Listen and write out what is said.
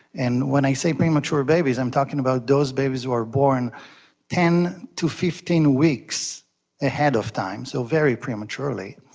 and when i say premature babies i'm talking about those babies who are born ten to fifteen weeks ahead of time, so very prematurely.